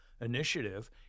initiative